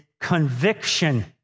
conviction